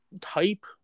type